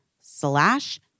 slash